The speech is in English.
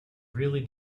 really